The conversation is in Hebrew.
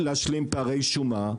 -- אז צריך גם להשלים פערי שומה,